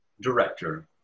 director